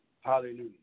Hallelujah